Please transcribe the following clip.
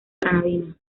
granadina